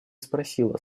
спросила